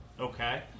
Okay